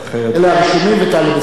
אלה הרשומים וטלב אלסאנע.